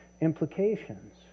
implications